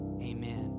Amen